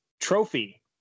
trophy